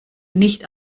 nicht